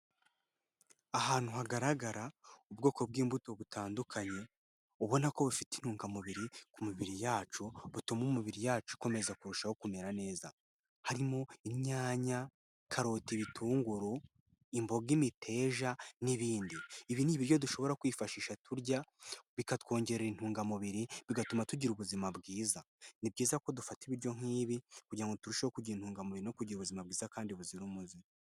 Ahantu hagaragara ubwoko bw'imbuto butandukanye ubona ko bufite intungamubiri ku mibiri yacu butuma imibiri yacu ukomeza kurushaho kumera neza harimo inyanya, karoti, ibitunguru, imboga, imiteja n'ibindi. Ibi ni ibiryo dushobora kwifashisha turya bikatwongerera intungamubiri bigatuma tugira ubuzima bwiza, ni byiza ko dufata ibiryo nk'ibi kugira ngo turusheho kugira intungamubiri no kugira ubuzima bwiza kandi buzira umuze.